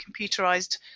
computerized